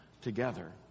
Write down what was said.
together